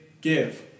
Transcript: give